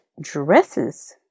dresses